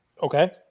Okay